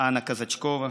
אניה קזצ'קוב,